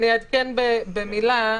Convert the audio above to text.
אעדכן במילה.